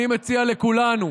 אני מציע לכולנו,